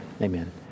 Amen